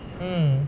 mm